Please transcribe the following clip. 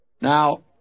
Now